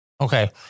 Okay